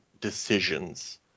decisions